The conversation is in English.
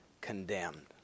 condemned